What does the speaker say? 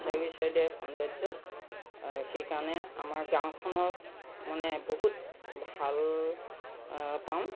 চাৰিও চাইডে সৌন্দৰ্য সেইকাৰণে আমাৰ গাঁওখনক মানে বহুত ভালপাওঁ